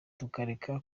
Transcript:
tukareka